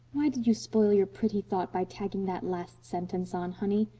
why did you spoil your pretty thought by tagging that last sentence on, honey?